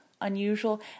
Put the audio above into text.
unusual